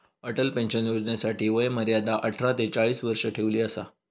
Atal pension योजनेसाठी वय मर्यादा अठरा ते चाळीस वर्ष ठेवली असा